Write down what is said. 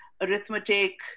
arithmetic